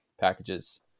packages